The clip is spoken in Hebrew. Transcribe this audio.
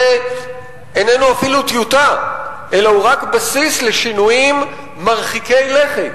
איננו אפילו טיוטה אלא הוא רק בסיס לשינויים מרחיקי לכת